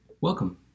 Welcome